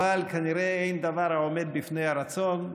אבל כנראה אין דבר העומד בפני הרצון,